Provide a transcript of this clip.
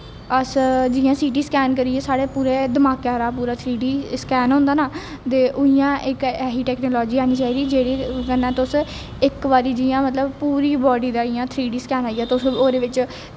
अस जियां CT scan करियै साढ़ा पूरे दमाका दा पूरा थ्री डी स्कैन होंदा ना ते उआं इक ऐसी टैकनॉलज़ी आनी चाहिदी जेह्दे कन्नै तुस इक बारी जियां मतलब पूरी बॉडी दा इ'यां थ्री डी स्कैन आई जा तुस ओह्दे बिच्च